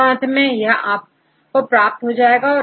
और अंत मैं आप यह प्राप्त कर सकते हैं